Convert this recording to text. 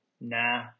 nah